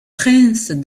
princes